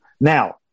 Now